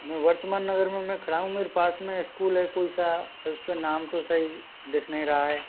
मैं वर्तमान नगर में खड़ा हूँ मेरे पास में स्कूल है कोई सा उसपे नाम तो सही दिख नहीं रहा है